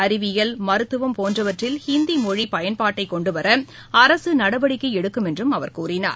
அறிவியல் மருத்துவம் போன்றவற்றில் ஹிந்தி மொழி பயன்பாட்டை கொண்டுவர அரசு நடவடிக்கை எடுக்கும் என்றும் அவர் கூறினார்